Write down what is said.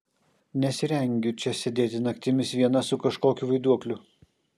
nesirengiu čia sėdėti naktimis viena su kažkokiu vaiduokliu